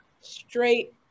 straight